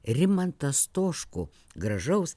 rimantą stoškų gražaus